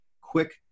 quick